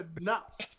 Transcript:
enough